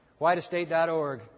Whiteestate.org